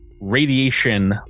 radiation